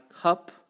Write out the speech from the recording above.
cup